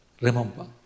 Remember